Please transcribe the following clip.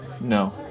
No